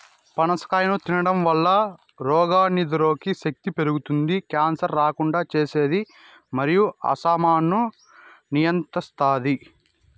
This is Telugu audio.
పనస కాయను తినడంవల్ల రోగనిరోధక శక్తి పెరుగుతాది, క్యాన్సర్ రాకుండా చేస్తాది మరియు ఆస్తమాను నియంత్రిస్తాది